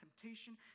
temptation